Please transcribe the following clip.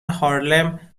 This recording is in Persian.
هارلِم